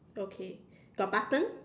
okay got button